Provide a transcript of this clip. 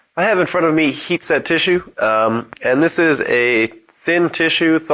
i have in front of me heat-set tissue and this is a thin tissue,